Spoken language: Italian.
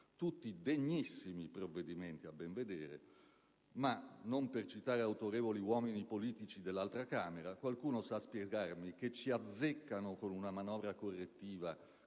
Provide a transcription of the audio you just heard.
Tutti degnissimi provvedimenti, a ben vedere, ma - non per citare autorevoli uomini politici dell'altro ramo del Parlamento - qualcuno sa spiegarmi che «ci azzeccano» con una manovra correttiva